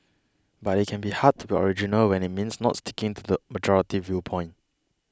but it can be hard to be original when it means not sticking to the majority viewpoint